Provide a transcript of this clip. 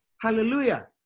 hallelujah